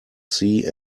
sea